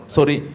Sorry